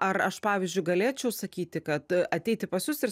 ar aš pavyzdžiui galėčiau sakyti kad ateiti pas jus ir